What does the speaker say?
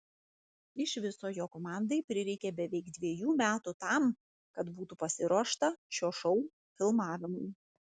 iš viso jo komandai prireikė beveik dviejų metų tam kad būtų pasiruošta šio šou filmavimui